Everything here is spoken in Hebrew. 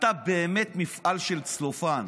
אתה באמת מפעל של צלופן.